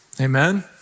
Amen